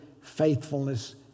faithfulness